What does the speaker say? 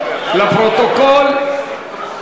לפרוטוקול,